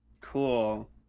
Cool